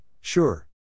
sure